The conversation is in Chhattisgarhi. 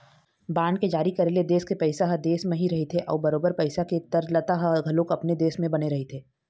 बांड के जारी करे ले देश के पइसा ह देश म ही रहिथे अउ बरोबर पइसा के तरलता ह घलोक अपने देश म बने रहिथे